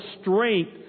strength